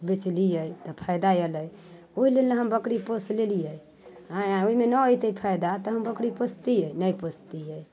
बेचलियै तऽ फायदा एलै ओहि लेल ने हम बकरी पोस लेलियै आँय आोर ओहिमे नहि हेतै फायदा तऽ हम बकरी पोसतियै नहि पोसतियै